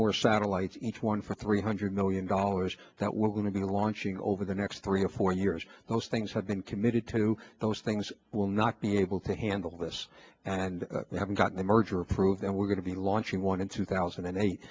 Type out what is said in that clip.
more satellites each one for three hundred million dollars that we're going to launching over the next three or four years those things have been committed to those things will not be able to handle this we haven't gotten the merger approved and we're going to be launching one in two thousand and eight